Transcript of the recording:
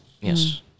Yes